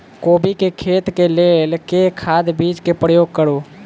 कोबी केँ खेती केँ लेल केँ खाद, बीज केँ प्रयोग करू?